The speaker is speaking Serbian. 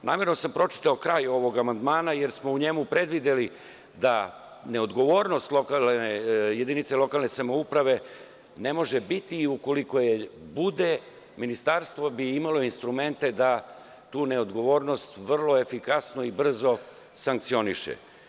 Namerno sam pročitao kraj ovog amandmana, jer smo u njemu predvideli da neodgovornost jedinice lokalne samouprave ne može biti i ukoliko je bude, ministarstvo bi imalo instrumente da tu neodgovornost vrlo efikasno i brzo sankcioniše.